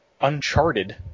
uncharted